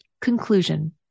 Conclusion